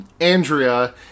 Andrea